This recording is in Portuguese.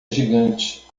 gigante